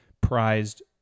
prized